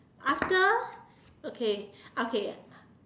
after okay okay